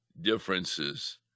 differences